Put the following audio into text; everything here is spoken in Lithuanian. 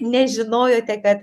nežinojote kad